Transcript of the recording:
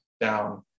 down